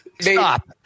Stop